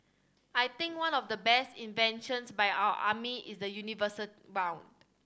I think one of the best inventions by our army is the universal round